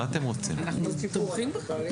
בוודאי.